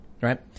right